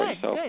good